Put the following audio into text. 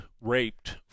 raped